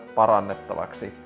parannettavaksi